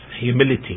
humility